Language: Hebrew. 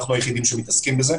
אנחנו היחידים שמתעסקים עם זה.